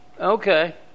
Okay